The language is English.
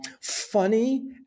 funny